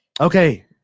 Okay